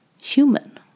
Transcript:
human